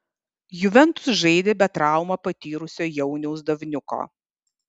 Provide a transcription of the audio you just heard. juventus žaidė be traumą patyrusio jauniaus davniuko